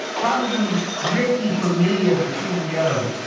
probably risky for me as the ceo,